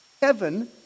Heaven